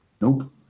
Nope